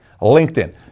LinkedIn